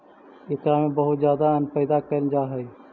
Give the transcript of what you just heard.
एकरा में बहुत ज्यादा अन्न पैदा कैल जा हइ